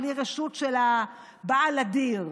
בלי רשות של בעל הדיר.